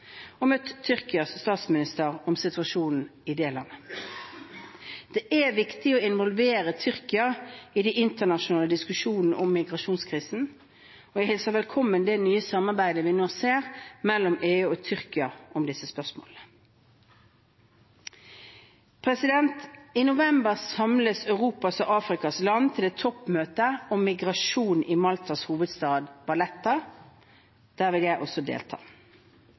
Tyrkias statsminister om situasjonen der. Det er viktig å involvere Tyrkia i de internasjonale diskusjonene om migrasjonskrisen, og jeg hilser velkommen det nye samarbeidet vi nå ser mellom EU og Tyrkia om disse spørsmålene. I november samles europeiske og afrikanske land til et toppmøte om migrasjon i Maltas hovedstad, Valletta, der jeg vil delta.